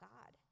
God